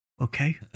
okay